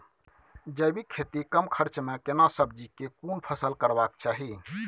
जैविक खेती कम खर्च में केना सब्जी के कोन फसल करबाक चाही?